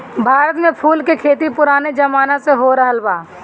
भारत में फूल के खेती पुराने जमाना से होरहल बा